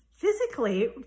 Physically